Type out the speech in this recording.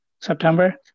September